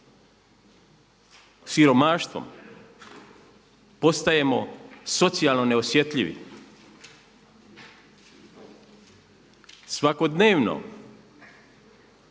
siromaštvom postajemo socijalno neosjetljivi. Svakodnevno